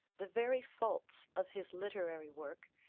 the very faults of his literary work,